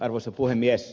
arvoisa puhemies